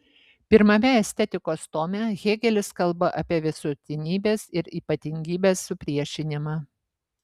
pirmame estetikos tome hėgelis kalba apie visuotinybės ir ypatingybės supriešinimą